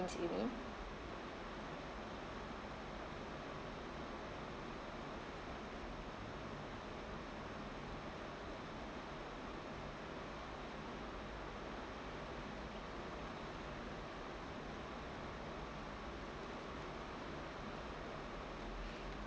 you mean